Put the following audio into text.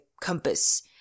compass